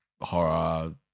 horror